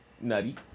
nutty